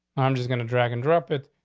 i'm just gonna drag and drop it.